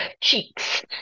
cheeks